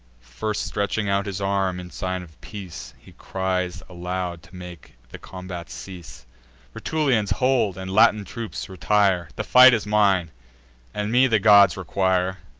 first stretching out his arm, in sign of peace he cries aloud, to make the combat cease rutulians, hold and latin troops, retire! the fight is mine and me the gods require.